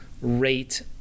rate